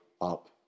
up